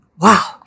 wow